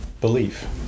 belief